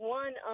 one